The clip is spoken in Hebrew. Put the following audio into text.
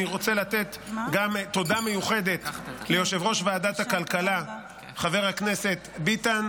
אני רוצה לתת גם תודה מיוחדת ליושב-ראש ועדת הכלכלה חבר הכנסת ביטן,